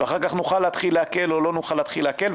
ואחר כך נוכל להתחיל להקל או לא נוכל להתחיל להקל,